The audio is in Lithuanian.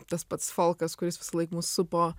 tas pats folkas kuris visąlaik mus supo